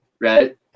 right